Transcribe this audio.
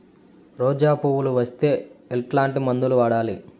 రోజా పువ్వులు వస్తే ఎట్లాంటి మందులు వాడాలి?